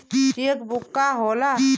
Check book का होला?